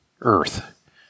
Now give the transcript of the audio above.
earth